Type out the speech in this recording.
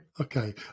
Okay